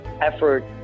effort